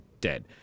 dead